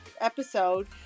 episode